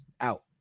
out